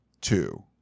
two